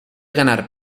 ganar